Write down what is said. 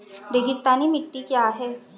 रेगिस्तानी मिट्टी क्या है?